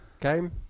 game